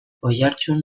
oiartzun